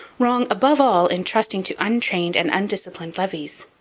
wrong, above all, in trusting to untrained and undisciplined levies.